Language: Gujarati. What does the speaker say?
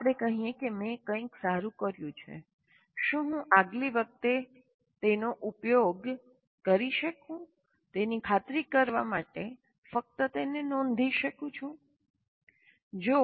ચાલો આપણે કહીએ કે મેં કંઈક સારું કર્યું છે શું હું આગલી વખતે તેનો ઉપયોગ કરી શકું તેની ખાતરી કરવા માટે ફક્ત તેને નોંધી શકું છું